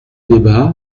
débats